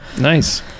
Nice